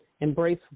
Embrace